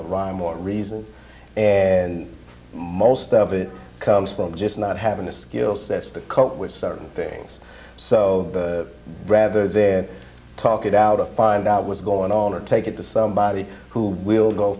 a rhyme or reason and most of it comes from just not having the skill sets to cope with certain things so rather then talk it out to find out what's going on or take it to somebody who will go